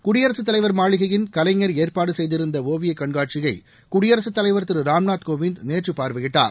குடியரசுத் தலைவர் மாளிகையின் கலைஞர் ஏற்பாடு செய்திருந்த ஓவியக் கண்காட்சியை குடியரசுத் தலைவர் திரு ராம்நாத்கோவிந்த் நேற்று பார்வையிட்டார்